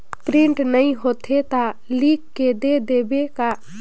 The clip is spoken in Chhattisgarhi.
प्रिंट नइ होथे ता लिख के दे देबे का?